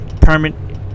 permanent